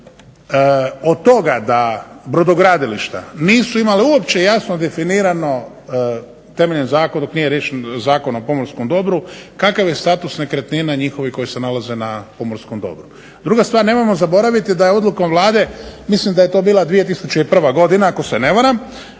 od toga da brodogradilišta nisu imala uopće jasno definirano temeljem zakona dok nije riješen Zakon o pomorskom dobru kakav je status nekretnina njihovih koje se nalaze na pomorskom dobru. Druga stvar, nemojmo zaboraviti da je odlukom Vlade, mislim da je to bila 2001. godina ako se ne varam,